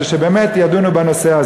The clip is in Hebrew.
אלא שבאמת ידונו בנושא.